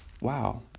Wow